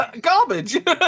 garbage